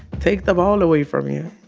take the ball away from you.